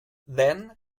then